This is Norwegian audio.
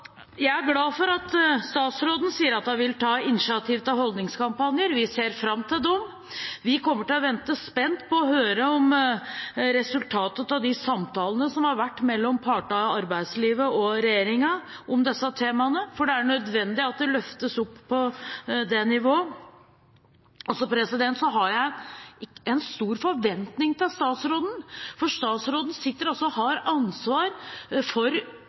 Jeg er glad for at statsråden sier at hun vil ta initiativ til holdningskampanjer – vi ser fram til dem. Vi venter spent på å høre om resultatet av samtalene mellom partene i arbeidslivet og regjeringen om disse temaene. Det er nødvendig at det løftes opp på det nivået. Jeg har stor forventning til statsråden, for statsråden har ansvar for utredningsinstruksens temaer om likestilling. Jeg ble glad da jeg så at statsråden hadde sendt brev til arbeidsministeren og bedt om en konsekvensutredning for